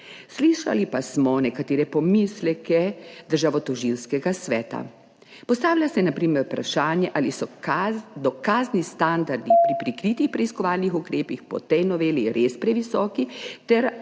slišali pa smo nekatere pomisleke Državnotožilskega sveta. Postavlja se na primer vprašanje, ali so dokazni standardi pri prikritih preiskovalnih ukrepih po tej noveli res previsoki ter